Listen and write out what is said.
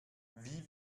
wie